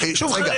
חיים,